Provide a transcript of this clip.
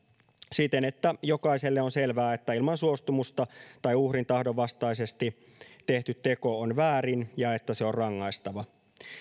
siten että jokaiselle on selvää että ilman suostumusta tai uhrin tahdon vastaisesti tehty teko on väärin ja että se on rangaistava